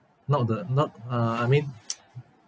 not the not uh I mean